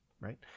right